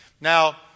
Now